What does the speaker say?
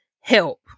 Help